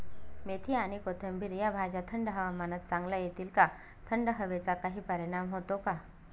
मेथी आणि कोथिंबिर या भाज्या थंड हवामानात चांगल्या येतात का? थंड हवेचा काही परिणाम होतो का?